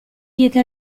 diede